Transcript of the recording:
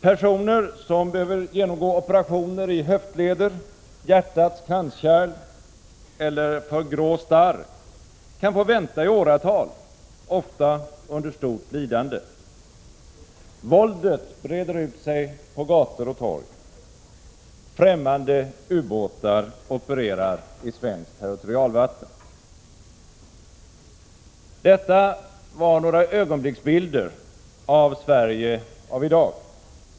Personer som behöver genomgå operationer i höftleder, hjärtats kranskärl eller för grå starr kan få vänta i åratal — ofta under stort lidande. Våldet breder ut sig på gator och torg. Främmande ubåtar opererar i svenskt territorialvatten. Detta var några ögonblicksbilder av Sverige av i dag.